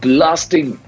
Blasting